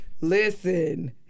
Listen